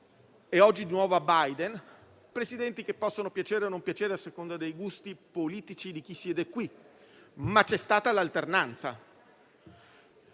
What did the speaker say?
e oggi di nuovo a Biden, Presidenti che possono piacere o non piacere, a seconda dei gusti politici di chi siede qui, ma c'è stata l'alternanza.